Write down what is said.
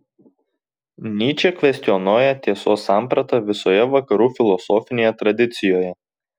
nyčė kvestionuoja tiesos sampratą visoje vakarų filosofinėje tradicijoje